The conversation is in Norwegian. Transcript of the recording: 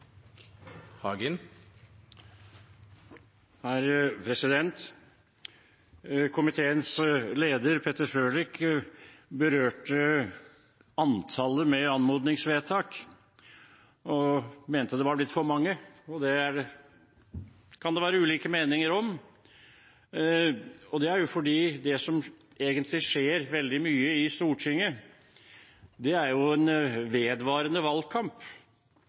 Komiteens leder, Peter Frølich, berørte antallet anmodningsvedtak og mente det var blitt for mange. Det kan det være ulike meninger om. Det er fordi det som egentlig skjer veldig mye i Stortinget, er en vedvarende valgkamp,